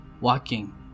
walking